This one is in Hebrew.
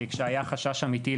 כשהיה חשש אמיתי,